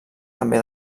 també